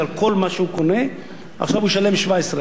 עכשיו הוא ישלם 17%. תגידו, לכאורה,